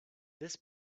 this